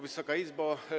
Wysoka Izbo!